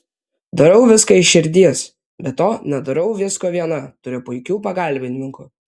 darau viską iš širdies be to nedarau visko viena turiu puikių pagalbininkų